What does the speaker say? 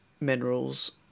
minerals